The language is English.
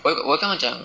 我我有跟他讲